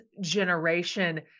generation